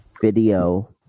video